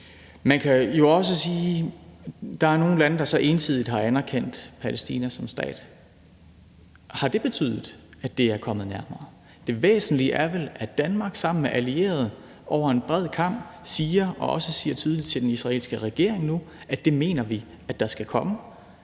Man kan jo også sige, at der er nogle lande, der ensidigt har anerkendt Palæstina som stat. Har det betydet, at det er kommet nærmere? Det væsentlige er vel, at Danmark sammen med allierede over en bred kam siger – også tydeligt til den israelske regering nu – at det mener vi at der skal komme.